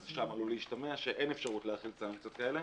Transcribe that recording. אז שמה עלול להשתמע שאין אפשרות להחיל סנקציות כאלה,